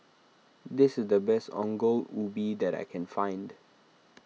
this is the best Ongol Ubi that I can find